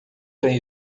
trem